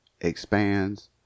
expands